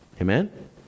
Amen